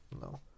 No